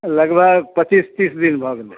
लगभग पच्चीस तीस दिन भऽ गेलै